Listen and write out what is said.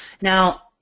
Now